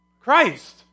Christ